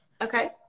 okay